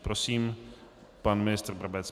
Prosím, pan ministr Brabec.